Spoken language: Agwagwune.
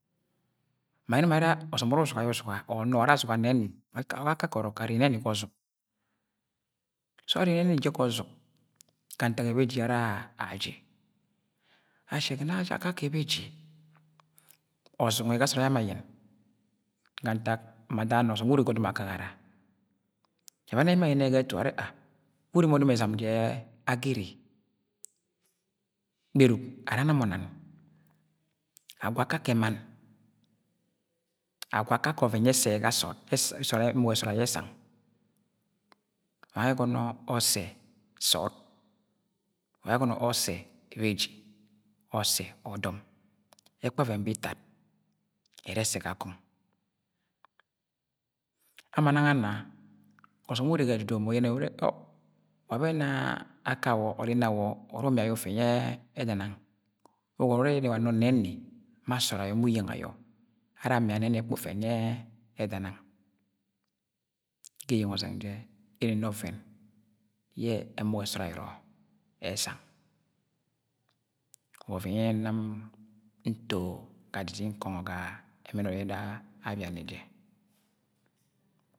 Ma ayẹnẹ mo arẹ ọsọm uru uzuga yẹ uzuga or nọ ara azuga nẹni wa akake ọrọk arre nẹni ga ọzuk so arre neni jẹ ga ọzuk ga ntak beji, ara aji ashi ẹgọnọ aji akake beji, ozuk nwẹ ga sọọd ayọ ama ama ayẹn ya ntak ma ada na ọsọm wu urre ga ọdọm agagara ẹbani emo ayẹnẹ yẹ ga etu arẹ ureme ọdọm ezam jẹ agere gberuk ara ana mọ nan agwa akakẹ mann, agwa akakẹ ọvẹn yẹ ẹssẹ yẹ ga sọọd ye emug esọọd ayọ, esang wa ayẹ ọsse sọọd, wa aye ẹgọnọ ọssẹ ebeji, ọssẹ ọdọm, ẹkpọ ọvẹn bẹ itad ẹrẹ esse ga kọng ama nang ana osom wu urre ga edudu ma uyẹnẹ yẹ urẹ oh wabo ẹna akwọ or inwo uru umia ye ufẹn yẹ ẹda nang ugọnọ urẹ wa nọ neni ma sọọd ayọ ma uyeng ayọ ara amía nẹni ẹkpo ufẹn yẹ ẹda nang ga eyeng ọzeng jẹ iri ina ọvẹn yẹ emung esọọd ayọrọ esang wa ọvẹn yẹ nam nto ga didi nkọngọ ga ẹman ọrọk ẹda abia ni jẹ.